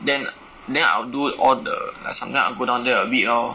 then then I will do all the like some day I will go down there a bit lor